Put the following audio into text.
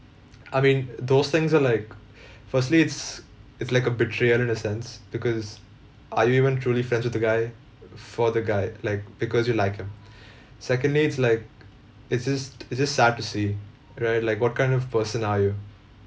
I mean those things are like firstly it's it's like a betrayal in a sense because are you even truly friends with the guy for the guy like because you like him secondly it's like it's just it's just sad to see right like what kind of person are you